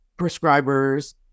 prescribers